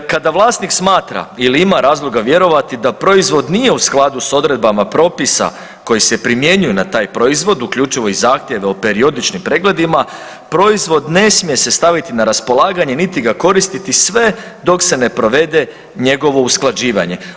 Kada vlasnik smatra ili ima razloga vjerovati da proizvod nije u skladu s odredbama propisa koji se primjenjuju na taj proizvod, uključivo i zahtjeve o periodičnim pregledima, proizvod ne smije se staviti na raspolaganje niti ga koristiti sve dok se ne provede njegovo usklađivanje.